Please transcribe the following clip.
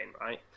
right